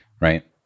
right